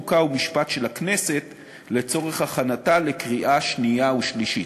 חוק ומשפט של הכנסת לצורך הכנתה לקריאה שנייה ושלישית.